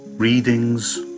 readings